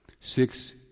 six